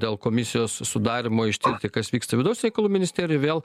dėl komisijos sudarymo ištirti kas vyksta vidaus reikalų ministerijoj vėl